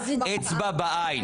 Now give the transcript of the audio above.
אצבע בעין.